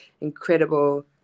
incredible